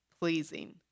pleasing